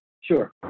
Sure